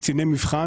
קציני מבחן.